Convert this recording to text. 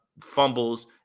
fumbles